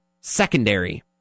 secondary